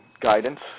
guidance